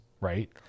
right